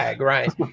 right